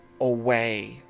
away